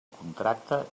contracte